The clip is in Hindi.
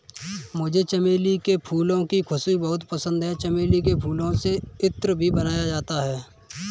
मुझे चमेली के फूलों की खुशबू बहुत पसंद है चमेली के फूलों से इत्र भी बनाया जाता है